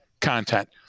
content